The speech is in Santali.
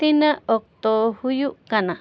ᱛᱤᱱᱟᱹᱜ ᱚᱠᱛᱚ ᱦᱩᱭᱩᱜ ᱠᱟᱱᱟ